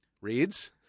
Reads